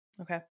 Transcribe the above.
Okay